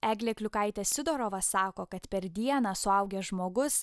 eglė kliukaitė sidorova sako kad per dieną suaugęs žmogus